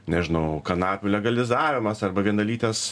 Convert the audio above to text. nežinau kanapių legalizavimas arba vienalytės